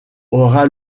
aura